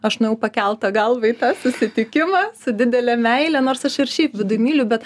aš nuėjau pakelta galva į tą susitikimą su didele meile nors aš ir šiaip viduj myliu bet